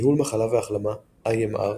ניהול מחלה והחלמה IMR,